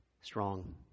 strong